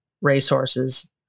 racehorses